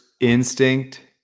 instinct